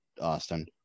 austin